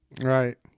Right